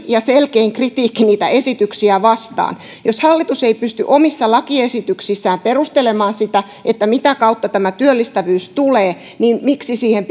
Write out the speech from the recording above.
ja selkein kritiikki niitä esityksiä vastaan jos hallitus ei pysty omissa lakiesityksissään perustelemaan sitä että mitä kautta tämä työllistävyys tulee niin miksi siihen